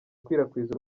ikwirakwiza